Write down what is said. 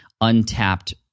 untapped